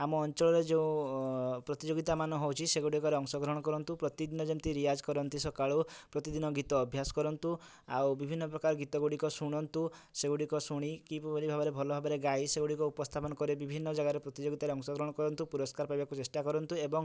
ଆମ ଅଞ୍ଚଳ ରେ ଯେଉଁ ପ୍ରତିଯୋଗିତା ମାନ ହେଉଛି ସେଗୁଡ଼ିକ ରେ ଅଂଶ ଗ୍ରହଣ କରନ୍ତୁ ପ୍ରତିଦିନ ଯେମିତି ରିଆଜ୍ କରନ୍ତି ସକାଳୁ ପ୍ରତିଦିନ ଗୀତ ଅଭ୍ୟାସ କରନ୍ତୁ ଆଉ ବିଭିନ୍ନ ପ୍ରକାର ଗୀତ ଗୁଡ଼ିକ ଶୁଣନ୍ତୁ ସେ ଗୁଡ଼ିକ ଶୁଣି କିପରି ଭାବରେ ଭଲ ଭାବରେ ଗାଇ ସେ ଗୁଡ଼ିକ ଉପସ୍ଥାପନ କରି ବିଭିନ୍ନ ଜାଗାରେ ପ୍ରତିଯୋଗିତା ରେ ଅଂଶ ଗ୍ରହଣ କରନ୍ତୁ ପୁରସ୍କାର ପାଇବାକୁ ଚେଷ୍ଟା କରନ୍ତୁ ଏବଂ